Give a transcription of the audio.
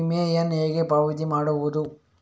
ವಿಮೆಯನ್ನು ಹೇಗೆ ಪಾವತಿ ಮಾಡಬಹುದು?